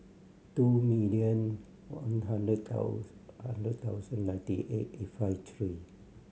two million one hundred hundred thousand ninety eight eight five three